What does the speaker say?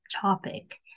topic